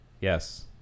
Yes